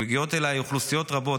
מגיעות אליי אוכלוסיות רבות,